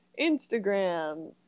Instagram